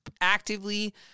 actively